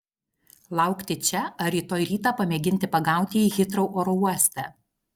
laukti čia ar rytoj rytą pamėginti pagauti jį hitrou oro uoste